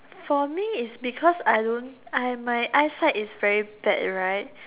for me is because I don't I my eyesight is very bad right